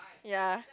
ya